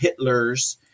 Hitlers